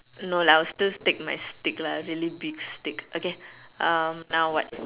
no lah I'll stick take my steak lah really big steak okay um now what